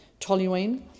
toluene